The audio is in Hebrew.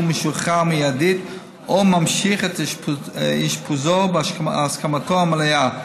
משוחרר מיידית או ממשיך את אשפוזו בהסכמתו המלאה.